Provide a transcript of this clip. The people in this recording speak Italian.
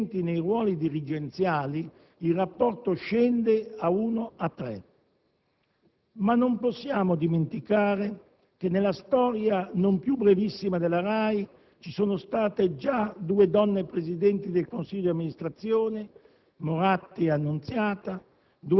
mentre nei ruoli dirigenziali il rapporto scenda ad uno a tre. Ma non possiamo dimenticare che nella storia non più brevissima della RAI ci sono state già due donne presidenti del consiglio di amministrazione (Moratti e Annunziata),